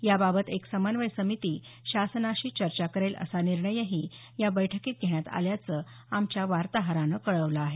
याबाबत एक समन्वय समिती शासनाशी चर्चा करेल असा निर्णयही या बैठकीत घेण्यात आल्याचं आमच्या वार्ताहरानं कळवलं आहे